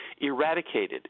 eradicated